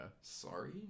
Sorry